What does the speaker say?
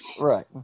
Right